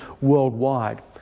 worldwide